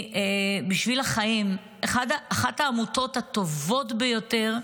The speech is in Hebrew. מבשביל החיים, אחת העמותות הטובות ביותר,